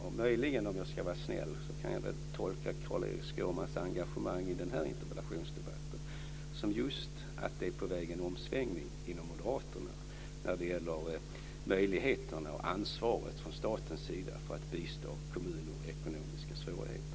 Och möjligen, om jag ska vara snäll, kan jag väl tolka Carl-Erik Skårmans engagemang i den här interpellationsdebatten som att det just är en omsvängning på väg inom Moderaterna när det gäller möjligheten och ansvaret från statens sida att bistå kommuner med ekonomiska svårigheter.